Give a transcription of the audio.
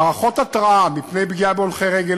מערכות התרעה מפני פגיעה בהולכי רגל,